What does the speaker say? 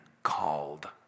called